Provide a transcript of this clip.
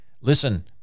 Listen